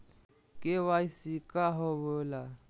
KYC का होवेला?